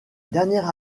dernière